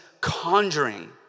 conjuring